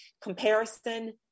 comparison